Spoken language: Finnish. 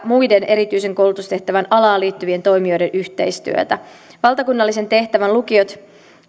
muiden erityisen koulutustehtävän alaan liittyvien toimijoiden yhteistyötä valtakunnallisen tehtävän lukiot